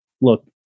look